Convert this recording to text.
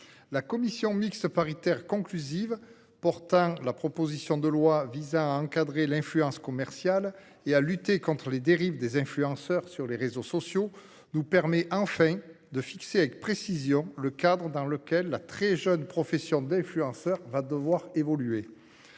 la commission mixte paritaire conclusive concernant la proposition de loi visant à encadrer l'influence commerciale et à lutter contre les dérives des influenceurs sur les réseaux sociaux nous permet enfin de fixer précisément le cadre dans lequel la profession encore naissante d'influenceur va devoir évoluer.